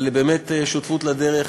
על שותפות לדרך,